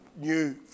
new